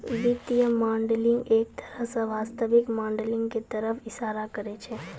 वित्तीय मॉडलिंग एक तरह स वास्तविक मॉडलिंग क तरफ इशारा करै छै